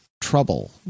trouble